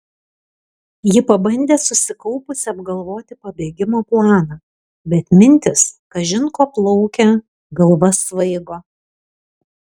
ji pabandė susikaupusi apgalvoti pabėgimo planą bet mintys kažin ko plaukė galva svaigo